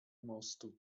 mostu